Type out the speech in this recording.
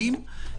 ליחידים.